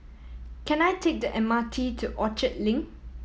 can I take the M R T to Orchard Link